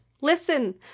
Listen